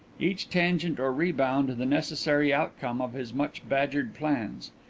each tangent or rebound the necessary outcome of his much-badgered plans.